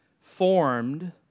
formed